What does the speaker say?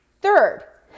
Third